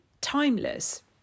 timeless